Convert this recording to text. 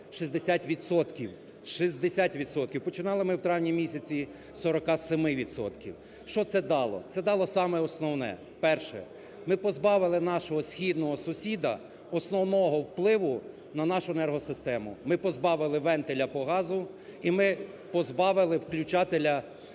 Починали ми в травні місяці з 47 відсотків. Що це дало? Це дало саме основне. Перше. Ми позбавили нашого східного сусіда основного впливу на нашу енергосистему, ми позбавили вентеля по газу і ми позбавили включателя електричної